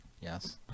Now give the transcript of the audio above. yes